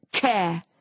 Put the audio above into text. care